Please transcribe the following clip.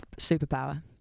superpower